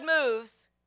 moves